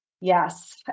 Yes